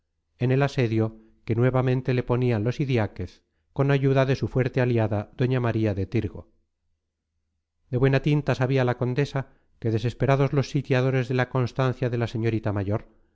en el asedio que nuevamente le ponían los idiáquez con ayuda de su fuerte aliada doña maría de tirgo de buena tinta sabía la condesa que desesperados los sitiadores de la constancia de la señorita mayor